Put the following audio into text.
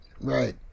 right